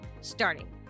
Starting